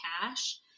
cash